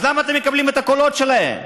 אז למה אתם מקבלים את הקולות שלהם?